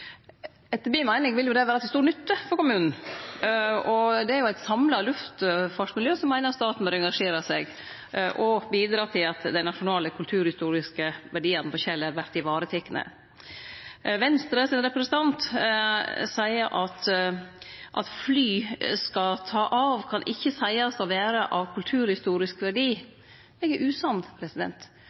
Etter mi meining vil det vere til stor nytte for kommunen, og det er eit samla luftfartsmiljø som meiner at staten bør engasjere seg og bidra til at dei nasjonale kulturhistoriske verdiane på Kjeller vert varetekne. Venstres representant seier at det at fly skal ta av, ikkje kan seiast å vere av kulturhistorisk verdi. Eg er usamd.